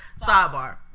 sidebar